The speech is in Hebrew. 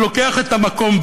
ולוקח את המקום,